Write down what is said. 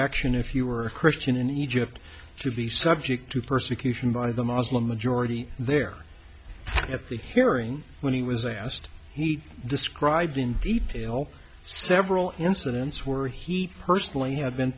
action if you are a christian and you have to be subject to persecution by the muslim majority there at the hearing when he was asked he described in detail several incidents where he personally had been